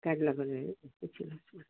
क्याटलगहरू